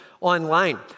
online